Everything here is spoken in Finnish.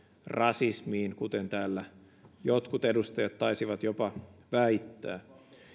rasismiin kuten täällä jotkut edustajat taisivat jopa väittää